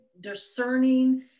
discerning